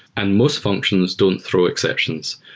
and most functions don't throw exceptions.